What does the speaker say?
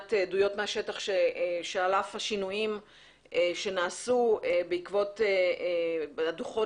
מעט עדויות מהשטח שעל אף השינויים שנעשו בעקבות הדוחות